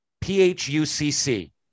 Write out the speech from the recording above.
P-H-U-C-C